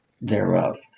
thereof